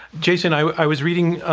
jason, i was reading